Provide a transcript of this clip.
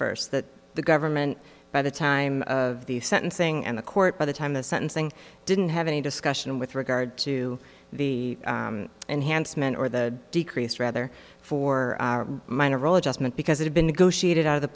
first that the government by the time of the sentencing and the court by the time the sentencing didn't have any discussion with regard to the enhanced men or the decrease rather for minor role adjustment because it had been negotiated out of the